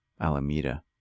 Alameda